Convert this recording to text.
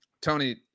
Tony